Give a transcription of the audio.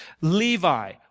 Levi